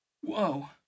Whoa